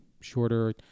shorter